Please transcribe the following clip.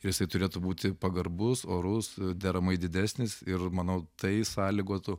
ir jisai turėtų būti pagarbus orus deramai didesnis ir manau tai sąlygotų